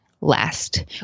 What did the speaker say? last